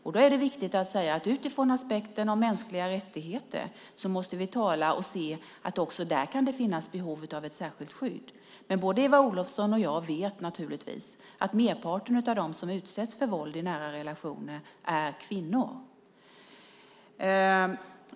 Det är viktigt att säga att utifrån aspekten om mänskliga rättigheter måste vi inse att det även där kan finnas behov av särskilt skydd. Men både Eva Olofsson och jag vet naturligtvis att merparten av dem som utsätts för våld i nära relationer är kvinnor.